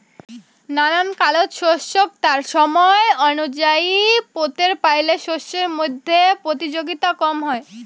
নানান কালত শস্যক তার সমায় অনুযায়ী পোতের পাইলে শস্যর মইধ্যে প্রতিযোগিতা কম হয়